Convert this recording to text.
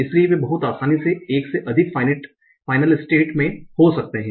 इसलिए वे बहुत आसानी से एक से अधिक फाइनल स्टेट में हो सकते हैं